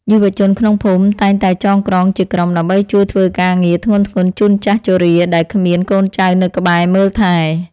យុវជនក្នុងភូមិតែងតែចងក្រងជាក្រុម ដើម្បីជួយធ្វើការងារធ្ងន់ៗជូនចាស់ជរាដែលគ្មានកូនចៅនៅក្បែរមើលថែ។